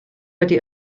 wedi